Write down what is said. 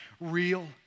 real